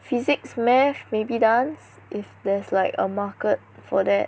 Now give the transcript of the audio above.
physics math maybe dance if there's like a market for that